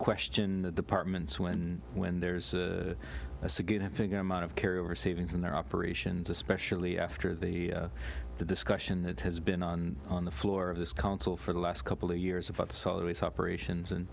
question the departments when when there's a significant amount of carry over savings in their operations especially after the discussion that has been on the floor of this council for the last couple of years about salo its operations and